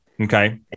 Okay